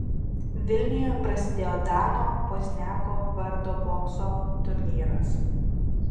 vilniuje prasidėjo dano pozniako vardo bokso turnyras